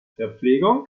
verpflegung